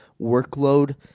workload